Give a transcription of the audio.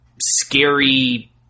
scary